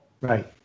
Right